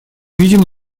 видим